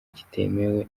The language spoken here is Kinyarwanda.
kitemewe